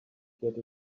get